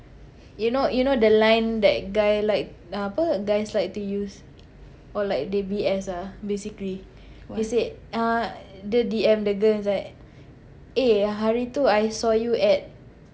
you know you know the line that guy like uh apa guys like to use or like they B_S ah basically he said uh dia D_M the girl that eh hari tu I saw you at